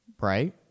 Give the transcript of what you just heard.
right